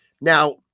Now